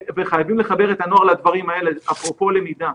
חייבים לחבר את הנוער לדברים האלה, אפרופו למידה,